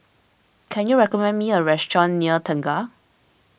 can you recommend me a restaurant near Tengah